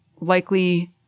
likely